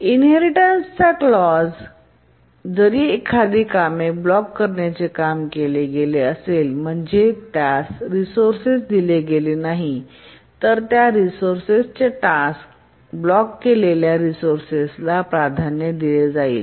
inheritance चा clause clause जर एखादी कामे ब्लॉक करण्याचे काम केले गेले असेल म्हणजेच त्यास रिसोर्से दिले गेले नाही तर त्या रिसोर्सेस चे टास्क ब्लॉक केलेल्या रिसोर्सेस ला प्राधान्य दिले जाईल